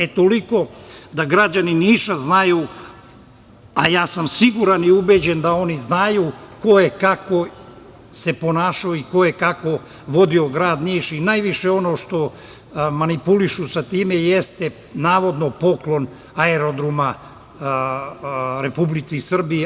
E, toliko da građani Niša znaju, a ja sam siguran i ubeđen da oni znaju ko je kako se ponašao i ko je kako vodio grad Niš i najviše ono što manipulišu sa tim jeste navodno poklon aerodroma Republici Srbiji.